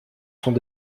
sont